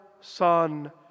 Son